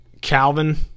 Calvin